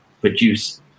produce